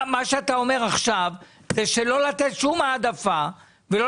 מה שאתה אומר עכשיו זה לא לתת שום העדפה ולא